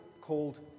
called